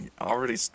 already